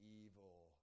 evil